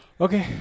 Okay